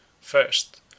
First